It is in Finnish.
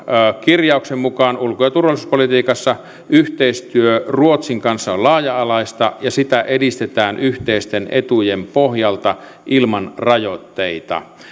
kirjauksen mukaan ulko ja turvallisuuspolitiikassa yhteistyö ruotsin kanssa on laaja alaista ja sitä edistetään yhteisten etujen pohjalta ilman rajoitteita